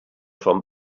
from